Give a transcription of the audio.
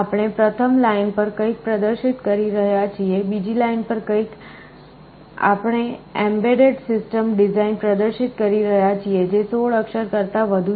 આપણે પ્રથમ લાઇન પર કંઈક પ્રદર્શિત કરી રહ્યા છીએ બીજી લાઇન પર કંઈક આપણે EMBEDDED SYSTEM DESIGN પ્રદર્શિત કરી રહ્યા છીએ જે 16 અક્ષર કરતા વધુ છે